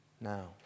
now